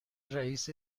رئیس